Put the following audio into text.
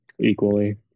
equally